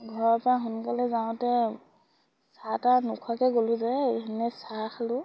ঘৰৰ পৰা সোনকালে যাওঁতে চাহ তাহ নোখোৱাকে গ'লোঁ যে চাহ খালোঁ